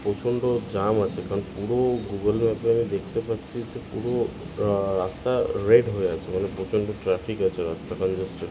প্রচণ্ড জাম আছে কারণ পুরো গুগল ম্যাপে আমি দেখতে পাচ্ছি যে পুরো রাস্তা রেড হয়ে আছে মানে প্রচণ্ড ট্রাফিক আছে রাস্তা কঞ্জেস্টেড